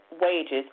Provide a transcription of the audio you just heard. wages